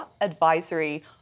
Advisory